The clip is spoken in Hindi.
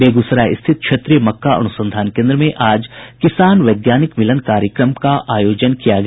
बेगूसराय स्थित क्षेत्रीय मक्का अनुसंधान केन्द्र में आज किसान वैज्ञानिक मिलन कार्यक्रम का आयोजन किया गया